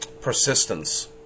persistence